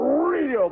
real